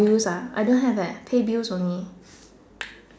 bills ah I don't have eh pay bills only